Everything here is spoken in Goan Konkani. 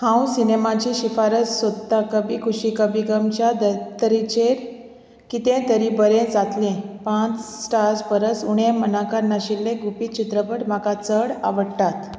हांव सिनेमाचे शिफारस सोदता कभी खुशी कभी गमच्या धर्तरेचेर कितें तरी बरें जातलें पांच स्टार्स परस उणें मनाकान नाशिल्लें गुपीत चित्रपट म्हाका चड आवडटात